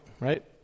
right